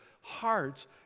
hearts